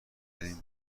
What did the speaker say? داریم